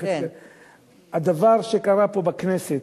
הדבר שקרה פה בכנסת,